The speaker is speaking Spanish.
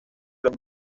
los